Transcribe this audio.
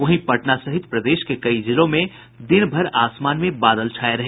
वहीं पटना सहित प्रदेश के कई जिलों में दिन भर आसमान में बादल छाये रहे